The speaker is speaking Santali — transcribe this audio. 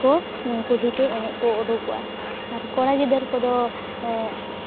ᱠᱚ ᱠᱩᱞᱦᱤᱛᱮ ᱮᱱᱮᱡᱠᱚ ᱚᱰᱳᱠᱚᱜᱼᱟ ᱟᱨ ᱠᱚᱲᱟ ᱜᱤᱫᱟᱹᱨ ᱠᱚᱫᱚ